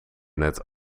net